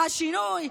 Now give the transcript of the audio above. השינוי,